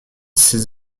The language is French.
ces